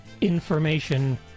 ...information